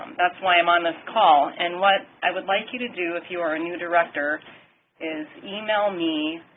that's why i'm on this call and what i would like you to do if you are a new director is email me